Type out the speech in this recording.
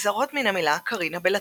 נגזרות מן carina בלטינית,